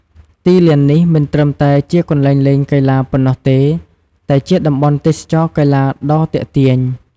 ទីលាននេះមិនត្រឹមតែជាកន្លែងលេងកីឡាប៉ុណ្ណោះទេ តែជាតំបន់ទេសចរណ៍កីឡាដ៏ទាក់ទាញ។